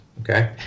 okay